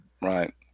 Right